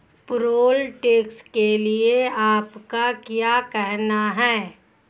Payroll tax के लिए आपका क्या कहना है?